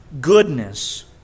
goodness